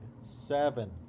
seven